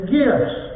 gifts